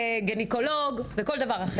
גניקולוג, כל טיפול.